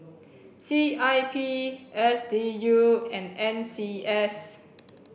C I P S D U and N C S